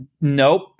Nope